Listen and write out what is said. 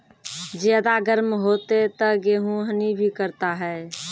ज्यादा गर्म होते ता गेहूँ हनी भी करता है?